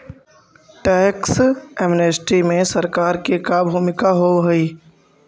tax amnesty में सरकार के का भूमिका होव हई